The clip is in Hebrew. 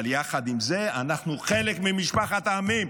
אבל יחד עם זאת אנחנו חלק ממשפחת עמים.